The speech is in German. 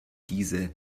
diese